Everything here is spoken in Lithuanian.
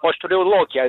o aš turėjau lokę